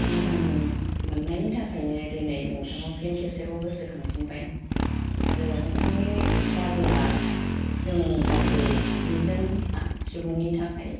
मोजां मोन्नायनि थाखायनो दिनै नोंथांखौ फिन खेबसेबाव गोसो खांफिनबाय आरो नोंथांनि गारिया जों गासै जि जोन सुबुंनि थाखाय